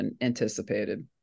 anticipated